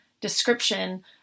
description